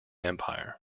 empire